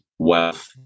wealth